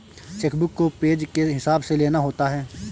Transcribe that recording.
check book को page के हिसाब से लेना होता है